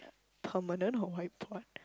permanent on whiteboard